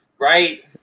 Right